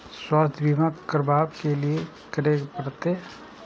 स्वास्थ्य बीमा करबाब के लीये की करै परतै?